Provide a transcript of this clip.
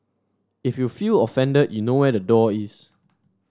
if you feel offended you know where the door is